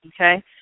Okay